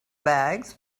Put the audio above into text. bags